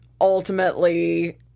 ultimately